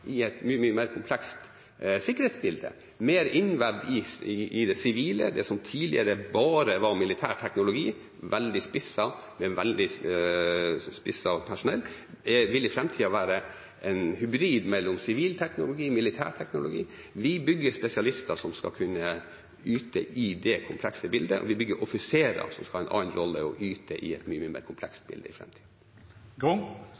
i et mye mer komplekst sikkerhetsbilde mer innvevd i det sivile. Det som tidligere bare var militærteknologi med veldig spisset personell, vil i framtida være en hybrid mellom sivil teknologi og militær teknologi. Vi bygger spesialister som skal kunne yte i det komplekse bildet. Vi bygger offiserer som skal ha en annen rolle og yte i et mye, mye mer